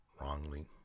wrongly